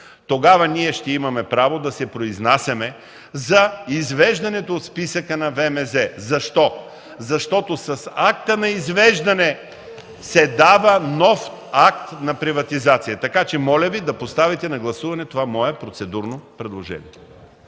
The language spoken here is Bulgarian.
Тогава ние ще имаме право да се произнасяме за извеждането от списъка на ВМЗ. Защо? Защото с акта на извеждане се дава нов акт на приватизация. Така че, моля Ви, да поставите на гласуване това мое процедурно предложение.